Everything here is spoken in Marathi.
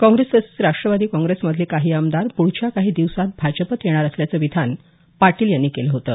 काँग्रेस तसंच राष्ट्रवादी काँग्रेसमधले काही आमदार पुढच्या काही दिवसांत भाजपात येणार असल्याचं विधान पाटील यांनी केलं होतं